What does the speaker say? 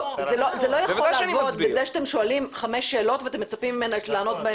זה לא יכול לעבוד בזה שאתם שואלים חמש שאלות ואתם מצפים ממנה לענות.